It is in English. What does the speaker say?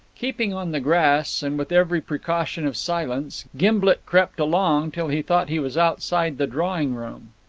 keeping on the grass, and with every precaution of silence, gimblet crept along till he thought he was outside the drawing-room.